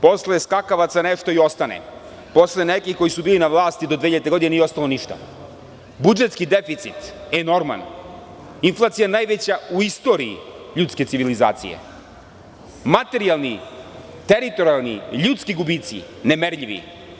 Posle skakavaca nešto i ostane, a posle nekih koji su bili na vlasti do 2000. godine nije ostalo ništa - budžetski deficit enorman, inflacija najveća u istoriji ljudske civilizacije, materijalni, teritorijalni i ljudski gubici su nemerljivi.